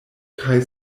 kaj